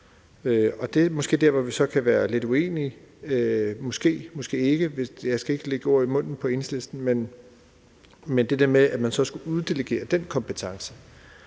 det er måske så der, hvor vi kan være lidt uenige, måske, måske ikke – jeg skal ikke lægge ord i munden på Enhedslisten – men til det der med, at man så skulle uddelegere den kompetence